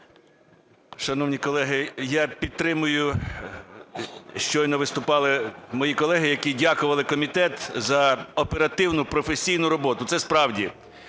Шановні колеги, я підтримую. Щойно виступали мої колеги, які дякували комітет за оперативну професійну роботу. Це, справді,